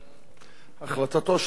החלטתו של ראש הממשלה